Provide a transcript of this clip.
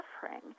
suffering